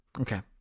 Okay